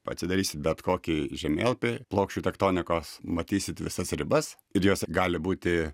atsidarysi bet kokį žemėlapį plokščių tektonikos matysit visas ribas ir jose gali būti